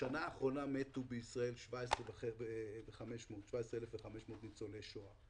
בשנה האחרונה מתו בישראל 17,500 ניצולי שואה.